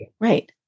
Right